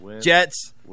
Jets